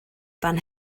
fan